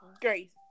Grace